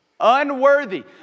Unworthy